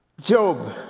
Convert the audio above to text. Job